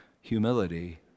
humility